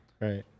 Right